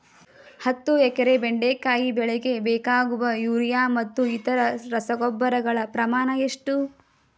ಹತ್ತು ಎಕರೆ ಬೆಂಡೆಕಾಯಿ ಬೆಳೆಗೆ ಬೇಕಾಗುವ ಯೂರಿಯಾ ಮತ್ತು ಇತರೆ ರಸಗೊಬ್ಬರಗಳ ಪ್ರಮಾಣ ಎಷ್ಟು?